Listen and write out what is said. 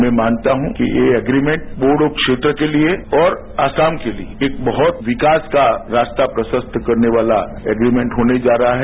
मैं मानता हूं कि ये एग्रीभेंट बोजो क्षेत्र के लिए और असम के लिए एक बहुत विकास का रास्ता प्रशस्त करने वाला एग्रीभेंट होने जा रहा है